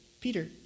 Peter